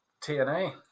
tna